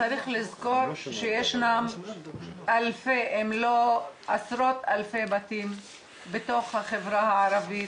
צריך לזכור שישנם אלפי אם לא עשרות אלפי בתים בתוך החברה הערבית,